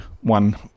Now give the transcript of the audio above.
one